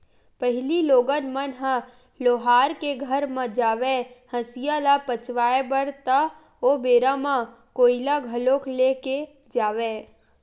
पहिली लोगन मन ह लोहार के घर म जावय हँसिया ल पचवाए बर ता ओ बेरा म कोइला घलोक ले के जावय